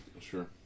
Sure